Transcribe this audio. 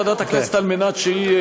לוועדת הכנסת על מנת שהיא,